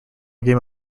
game